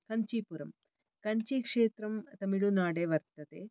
काञ्चीपुरं काञ्चीक्षेत्रं तमिळुनाडे वर्तते